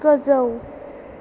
गोजौ